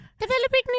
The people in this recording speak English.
Developing